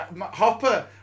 Hopper